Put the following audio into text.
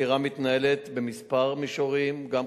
החקירה מתנהלת בכמה מישורים, גם